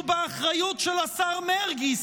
שהוא באחריות של השר מרגי,